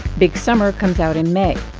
big summer comes out in may.